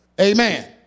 Amen